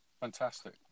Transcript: Fantastic